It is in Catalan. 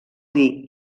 dir